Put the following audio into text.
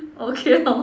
okay lor